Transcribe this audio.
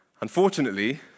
unfortunately